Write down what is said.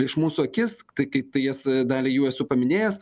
prieš mūsų akis tai kai tai jas dalį jų esu paminėjęs